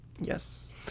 Yes